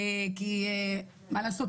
כי מה לעשות,